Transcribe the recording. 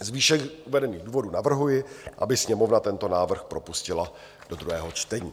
Z výše uvedených důvodů navrhuji, aby Sněmovna tento návrh propustila do druhého čtení.